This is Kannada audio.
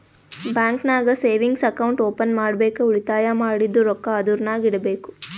ಬ್ಯಾಂಕ್ ನಾಗ್ ಸೇವಿಂಗ್ಸ್ ಅಕೌಂಟ್ ಓಪನ್ ಮಾಡ್ಬೇಕ ಉಳಿತಾಯ ಮಾಡಿದ್ದು ರೊಕ್ಕಾ ಅದುರ್ನಾಗ್ ಇಡಬೇಕ್